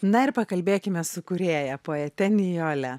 na ir pakalbėkime su kūrėja poete nijole